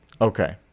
Okay